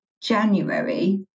January